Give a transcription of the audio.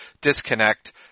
disconnect